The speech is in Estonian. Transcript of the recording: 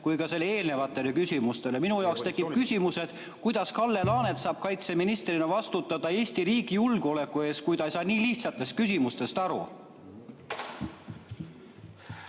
kui ka eelnevatele küsimustele [vastates]. Minu jaoks tekib küsimus, kuidas Kalle Laanet saab kaitseministrina vastutada Eesti riigi julgeoleku eest, kui ta ei saa nii lihtsatest küsimustest aru.